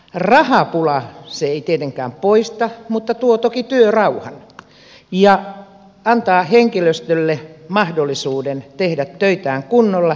rahapulaa se ei tietenkään poista mutta tuo toki työrauhan ja antaa henkilöstölle mahdollisuuden tehdä töitään kunnolla